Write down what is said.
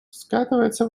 скатывается